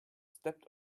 stepped